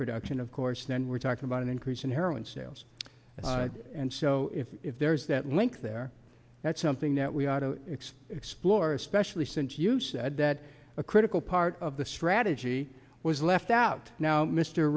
production of course then we're talking about an increase in heroin sales and so if if there is that link there that's something that we ought to x explore especially since you said that a critical part of the strategy was left out now mr